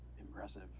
impressive